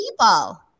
people